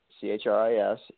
C-H-R-I-S